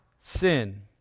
sin